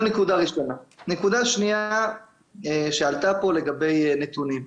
נקודה שנייה שעלתה פה לגבי נתונים: